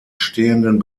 stehenden